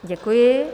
Děkuji.